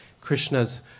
Krishna's